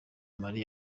mali